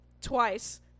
twice